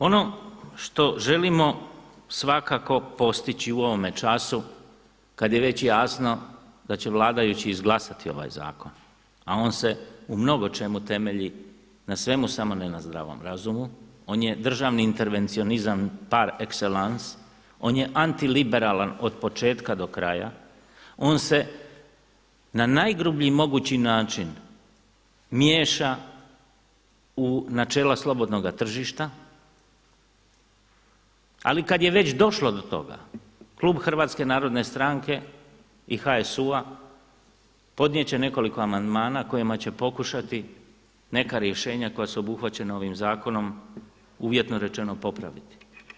Ono što želimo svakako postići u ovome času kada je već jasno da će vladajući izglasati ovaj zakon, a on se u mnogo čemu temelji na svemu samo ne na zdravom razumu, on je državni intervencionizam par excellence, on je antiliberalan od početka do kraja, on se na najgrublji mogući način miješa u načela slobodnoga tržišta, ali kada je već došlo do toga klub HNS-a i HSU-a podnijet će nekoliko amandmana kojima će pokušati neka rješenja koja su obuhvaćena ovim zakonom uvjetno rečeno popraviti.